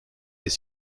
est